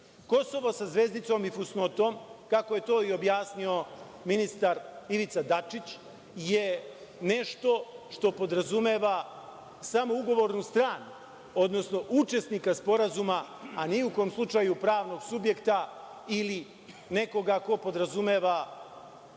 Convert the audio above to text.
Kosovo sa zvezdicom i fusnotom, kako je to i objasnio ministar Ivica Dačić, je nešto što podrazumeva samo ugovornu stranu, odnosno učesnika sporazuma, a ni u kom slučaju pravnog subjekta ili nekoga ko podrazumeva